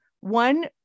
One